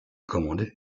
commandent